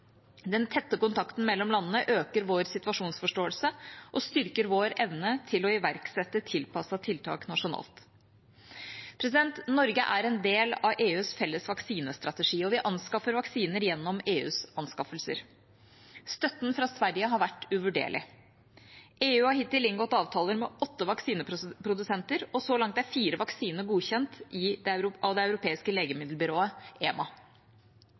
Den tette kontakten mellom landene øker vår situasjonsforståelse og styrker vår evne til å iverksette tilpassede tiltak nasjonalt. Norge er en del av EUs felles vaksinestrategi, og vi anskaffer vaksiner gjennom EUs anskaffelser. Støtten fra Sverige har vært uvurderlig. EU har hittil inngått avtaler med åtte vaksineprodusenter, og så langt er fire vaksiner godkjent av det europeiske legemiddelbyrået, EMA.